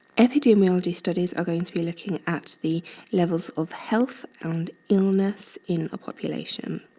epidemiology studies are going to be looking at the levels of health and illness in a population.